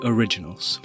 Originals